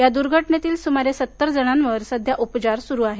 या दुर्घटनेतील सुमारे सत्तर जणांवर सध्या उपचार सुरू आहेत